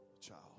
child